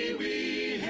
we